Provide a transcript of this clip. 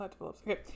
Okay